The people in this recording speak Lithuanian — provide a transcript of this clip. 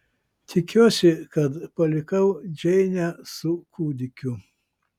tikiuosi kad palikau džeinę su kūdikiu